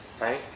Right